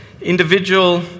individual